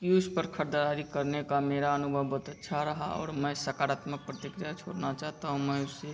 Koovs पर ख़रीदारी करने का मेरा अनुभव बहुत अच्छा रहा और मैं सकारात्मक प्रतिक्रिया छोड़ना चाहता हूँ मैं उसे